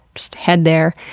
just head there.